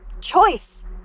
choice